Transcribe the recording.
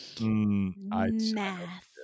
Math